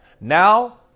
Now